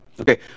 Okay